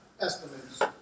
estimates